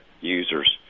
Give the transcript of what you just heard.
users